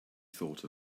thought